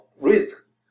risks